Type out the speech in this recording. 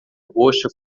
roxa